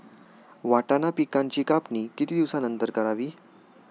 वाटाणा पिकांची कापणी किती दिवसानंतर करावी?